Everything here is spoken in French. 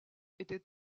était